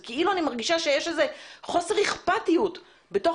אני כאילו מרגישה שיש איזה חוסר אכפתיות בתוך